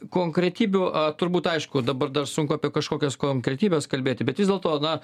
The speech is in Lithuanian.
konkretybių turbūt aišku dabar dar sunku apie kažkokias konkretybes kalbėti bet vis dėlto na